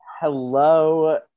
Hello